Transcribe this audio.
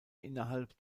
innerhalb